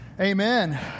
Amen